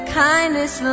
kindness